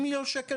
80 מיליון שקל,